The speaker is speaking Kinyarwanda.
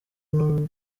nabyo